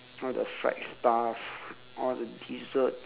all the fried stuff all the desserts